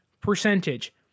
percentage